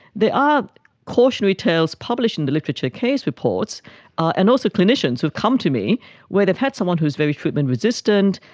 there are cautionary tales published in the literature case reports and also clinicians who have come to me where they've had someone who is very treatment resistant,